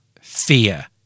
fear